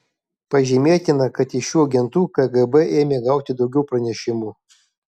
pažymėtina kad iš šių agentų kgb ėmė gauti daugiau pranešimų